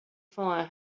fire